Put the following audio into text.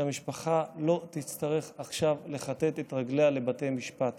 שהמשפחה לא תצטרך עכשיו לכתת את רגליה לבתי משפט